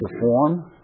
perform